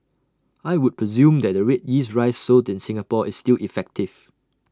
I would presume that the Red Yeast Rice sold in Singapore is still effective